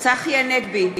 צחי הנגבי,